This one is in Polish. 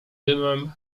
dymem